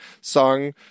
song